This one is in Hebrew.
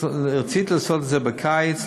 רציתי לעשות את זה בקיץ,